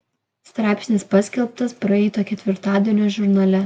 straipsnis paskelbtas praeito ketvirtadienio žurnale